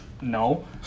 No